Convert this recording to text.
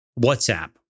WhatsApp